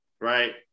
right